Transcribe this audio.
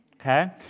okay